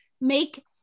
make